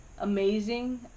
amazing